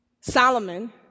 Solomon